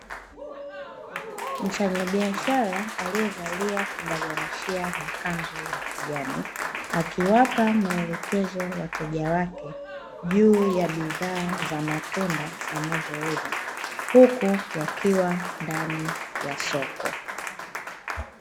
Mfanyabiashara aliyevalia kibaraghashia na kanzu ya kijani, akiwapa maelekezo wateja wake juu ya bidhaa za matunda anazouza, huku wakiwa ndani ya soko.